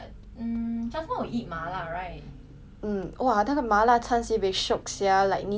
mm !wah! 那个麻辣餐 sibei shiok sia like 你家的麻辣真的是我吃过最好吃的 leh